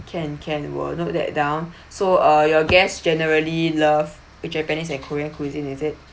can can will note that down so uh your guests generally love japanese and korean cuisine is it